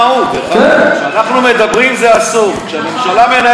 כשאנחנו מדברים, זה אסור, כשממשלה מנהלת, זה אסור,